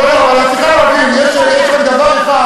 אבל את צריכה להבין שיש רק דבר אחד